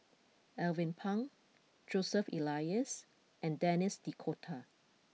Alvin Pang Joseph Elias and Denis D Cotta